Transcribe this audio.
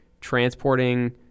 transporting